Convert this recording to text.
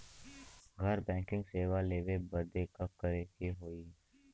घर बैकिंग सेवा लेवे बदे का करे के होई?